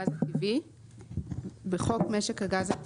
התשפ"ג - 2023 תיקון חוק משק הגז הטבעי 17. בחוק משק הגז הטבעי,